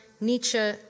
Nietzsche